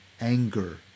anger